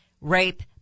Rape